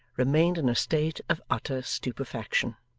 remained in a state of utter stupefaction.